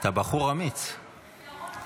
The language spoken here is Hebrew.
כנסת נכבדה,